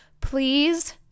please